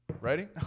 Ready